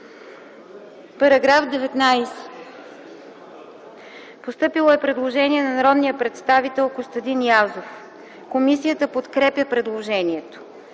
По § 19 е постъпило предложение на народния представител Костадин Язов. Комисията подкрепя предложението.